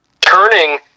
turning